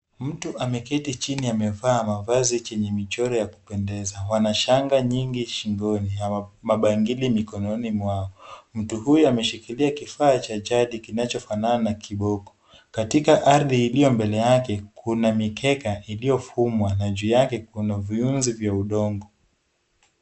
Mtu ameketi chini amevaa mavazi chenye michoro ya kupendeza. Wana shanga nyingi shingoni na mabangili mikononi mwao. Mtu huyu ameshikilia kifaa cha jadi kinachofanana na kiboko. Katika ardhi iliyo mbele yake kuna mikeka iliyofumwa na juu yake kuna viunzi vya udongo.